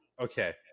Okay